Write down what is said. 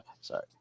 sorry